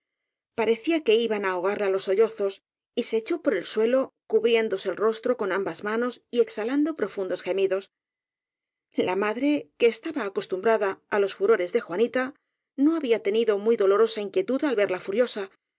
parecía que iban á ahogarla los sollozos y se echó por el suelo cubriéndose el rostro con ambas manos y exhalando profundos gemidos la madre que estaba acostumbrada á los furo res de juanita no había tenido muy dolorosa in quietud al verla furiosa